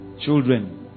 Children